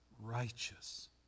righteous